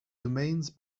domains